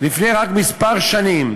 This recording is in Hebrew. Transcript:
לפני כמה שנים